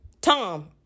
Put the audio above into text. Tom